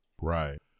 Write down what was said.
right